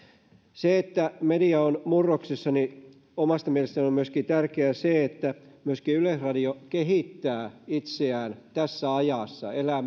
siinä että media on murroksessa on omasta mielestäni myöskin tärkeää se että myöskin yleisradio kehittää itseään tässä ajassa elää